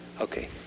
Okay